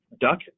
duck